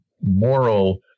moral